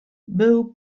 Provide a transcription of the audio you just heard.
był